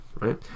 Right